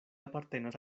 apartenas